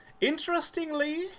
Interestingly